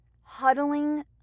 huddling